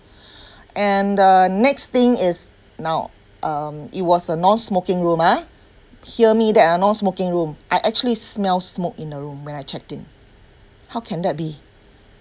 and the next thing is now um it was a non-smoking room ah hear me that ah non-smoking room I actually smell smoke in the room when I checked in how can that be